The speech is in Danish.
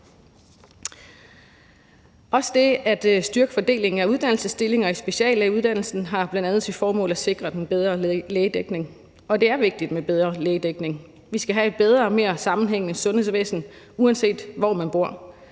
styrke fordelingen af uddannelsesstillinger i speciallægeuddannelsen har bl.a. til formål at sikre den bedre lægedækning. Og det er vigtigt med bedre lægedækning. Vi skal have et bedre, mere sammenhængende sundhedsvæsen, uanset hvor man bor.